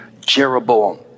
Jeroboam